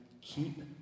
Keep